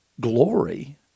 glory